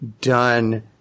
done